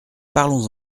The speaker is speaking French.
parlons